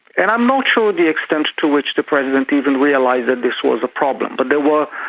and i'm not sure the extent to which the president even realised that this was a problem, but there were,